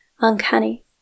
uncanny